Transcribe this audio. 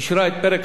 אישרה את פרק